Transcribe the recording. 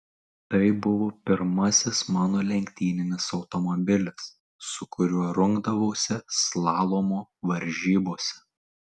tai buvo pirmasis mano lenktyninis automobilis su kuriuo rungdavausi slalomo varžybose